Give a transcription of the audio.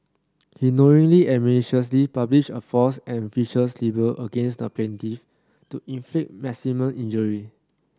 he knowingly and maliciously published a false and vicious libel against the plaintiff to inflict maximum injury